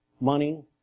money